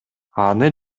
аны